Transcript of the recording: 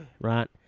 right